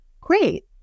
great